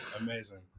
Amazing